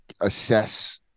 assess